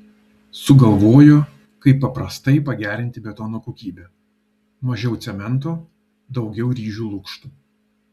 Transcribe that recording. sugalvojo kaip paprastai pagerinti betono kokybę mažiau cemento daugiau ryžių lukštų